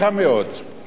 היא מעריצה את כל הרבנים.